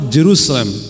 Jerusalem